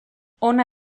hona